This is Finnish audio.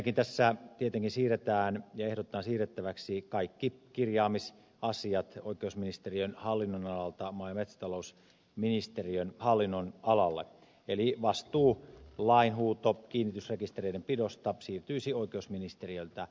ensinnäkin tässä tietenkin ehdotetaan siirrettäväksi kaikki kirjaamisasiat oikeusministeriön hallinnonalalta maa ja metsätalousministeriön hallinnonalalle eli vastuu lainhuuto ja kiinnitysrekistereiden pidosta siirtyisi oikeusministeriöltä maanmittauslaitokselle